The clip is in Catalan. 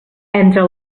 entre